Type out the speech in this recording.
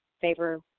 favor